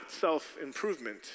self-improvement